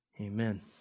Amen